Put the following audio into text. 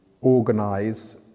organize